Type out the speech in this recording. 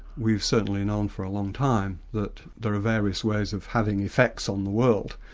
we've certainly known for a long time that there are various ways of having effects on the world,